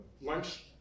lunch